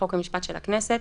חוק ומשפט של הכנסת,